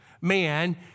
man